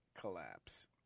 collapse